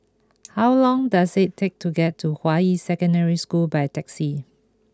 how long does it take to get to Hua Yi Secondary School by taxi